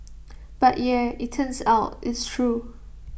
but yeah IT turns out it's true